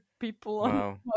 people